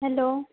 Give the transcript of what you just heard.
hello